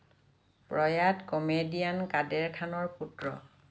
প্ৰয়াত কমেডিয়ান কাদেৰ খানৰ পুত্ৰ